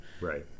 Right